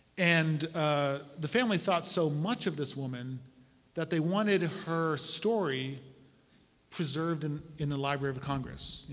and ah the family thought so much of this woman that they wanted her story preserved and in the library of congress,